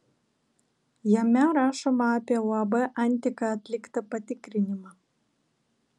jame rašoma apie uab antika atliktą patikrinimą